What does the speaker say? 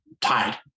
tied